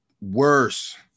worse